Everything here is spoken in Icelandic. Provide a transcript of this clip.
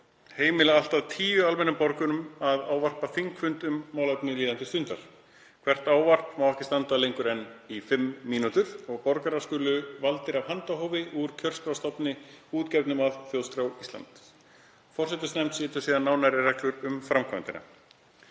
heimila allt að tíu almennum borgurum að ávarpa þingfund um málefni líðandi stundar. Hvert ávarp má ekki standa lengur en í fimm mínútur. Borgarar skulu valdir af handahófi úr kjörskrárstofni útgefnum af Þjóðskrá Íslands. Forsætisnefnd setur nánari reglur um framkvæmdina.“